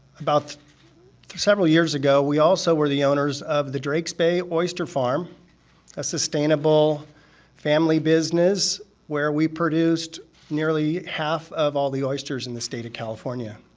about several years ago, we also were the owners of the drakes bay oyster farm a sustainable family business where we produced nearly half of all the oysters in the state of california.